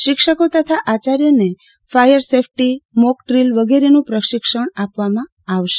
શિક્ષકો તથા આચાર્યોને ફાયર સેફટી મોક ડ્રીલ વગરેનં પ્રશિક્ષણ આપવામાં આવશે